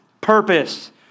purpose